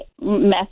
mess